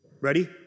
Ready